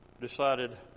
decided